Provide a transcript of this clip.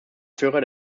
führer